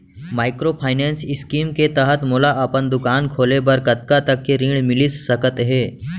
Microfinance scheme के तहत मोला अपन दुकान खोले बर कतना तक के ऋण मिलिस सकत हे?